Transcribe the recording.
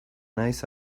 naiz